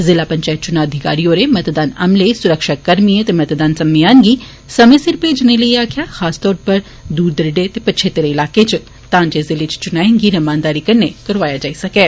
जिला पंचैत चुनां अधिकारी होरें मतदान अमले सुरक्षाकर्मिएं ते मतदान समेयान गी समें सिर भेजने लेई आाक्खेया खास तौर उप्पर दूर देरेड़े ते पछेत्रे इलाकें इच तां जे जिले इच चुनाएं गी रमानदारी कन्नै करौआया जाई सकै